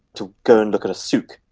to go and look at a souk,